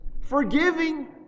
Forgiving